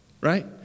right